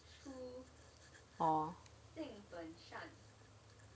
orh